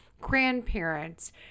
grandparents